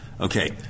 Okay